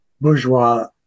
bourgeois